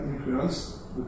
influence